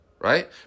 Right